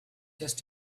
just